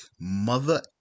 mother